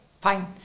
fine